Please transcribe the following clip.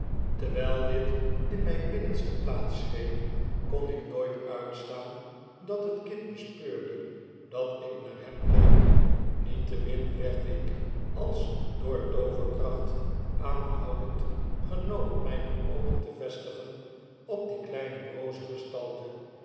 terwyl dit in myn binnenste plaats greep kon ik nooit uitstaan dat het kind bespeurde dat ik naar hem keek niettemin werd ik als door tooverkracht aanhoudend genoopt mijne oogen te vestigen op die kleine brooze gestalte